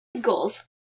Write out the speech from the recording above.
goals